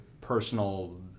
personal